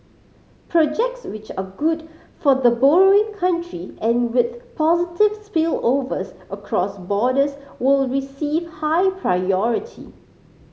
projects which are good for the borrowing country and with positive spillovers across borders will receive high priority